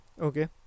Okay